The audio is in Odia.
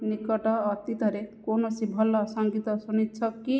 ନିକଟ ଅତୀତରେ କୌଣସି ଭଲ ସଂଗୀତ ଶୁଣିଛ କି